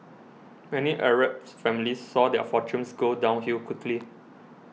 many Arab families saw their fortunes go downhill quickly